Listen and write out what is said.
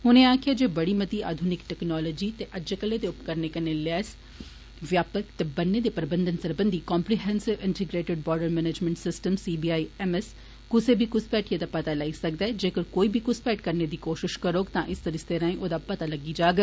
उनें आक्खेआ जे बड़ी मती आधुनिक तकनालोजी ते अज्जै कल्लैदे उपकरणे कन्नै लैस व्यापक ते बन्ने दे प्रबंध सरबंदी comprehensive integrated border management system कुसै बी घुसपैठिएं दा पता लाई सकदा जेकर कोई बी घुसपैठ करने दी कोषष करोग तां इस सरिस्ते राएं ओह्दा पता लग्गी जाग